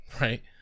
Right